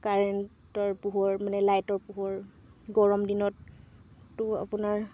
কাৰেণ্টৰ পোহৰ মানে লাইটৰ পোহৰ গৰম দিনততো আপোনাৰ